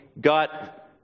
got